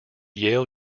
yale